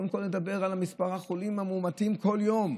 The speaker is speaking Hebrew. קודם כול נדבר על מספר החולים המאומתים בכל יום.